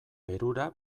perura